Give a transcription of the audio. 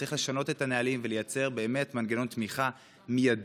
צריך לשנות את הנהלים ולייצר באמת מנגנון תמיכה מיידי,